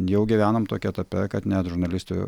jau gyvenam tokia etape kad net žurnalistų